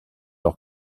leur